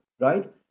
right